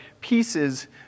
pieces